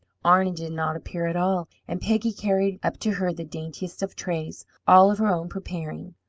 arna did not appear at all, and peggy carried up to her the daintiest of trays, all of her own preparing.